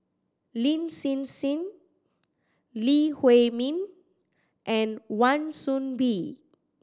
Lin Hsin Hsin Lee Huei Min and Wan Soon Bee